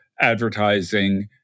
advertising